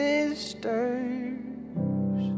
Sisters